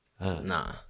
nah